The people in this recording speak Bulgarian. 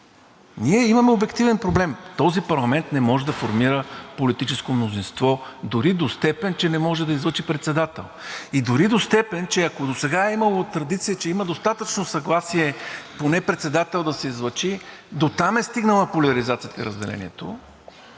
ние имаме обективен проблем – този парламент не може да формира политическо мнозинство, дори до степен, че не може да излъчи председател, и дори до степен, че ако досега е имало традиция, че има достатъчно съгласие поне председател да се излъчи, дотам е стигнала поляризацията и разделението,